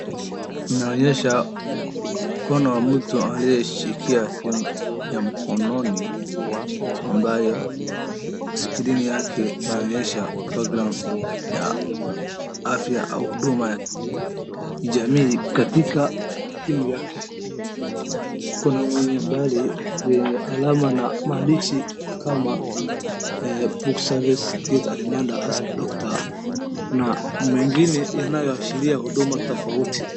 Inaonyesha mkono wa mtu aliyeshika simu ya mkononi ambayo screen yake inaonyesha programme ya afya au huduma ya jamii katika simu yake. Kuna mwenye bari zenye alama na maandishi kama book service kit as a doctor na mengine yanayoashiria huduma tofauti.